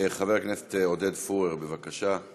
חבר הכנסת עודד פוּרר, בבקשה.